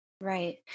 right